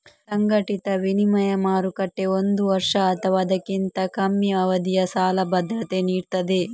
ಸಂಘಟಿತ ವಿನಿಮಯ ಮಾರುಕಟ್ಟೆ ಒಂದು ವರ್ಷ ಅಥವಾ ಅದಕ್ಕಿಂತ ಕಮ್ಮಿ ಅವಧಿಯ ಸಾಲ ಭದ್ರತೆ ನೀಡ್ತದೆ